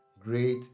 Great